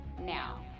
now